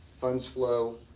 funds flow,